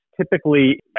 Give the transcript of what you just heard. typically